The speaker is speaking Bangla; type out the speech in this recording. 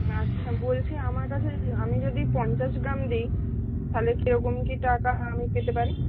আচ্ছা বলছি আমার কাছে আমি যদি পঞ্চাশ গ্রাম দেই তাহলে কি রকম কি টাকা আমি পেতে পারি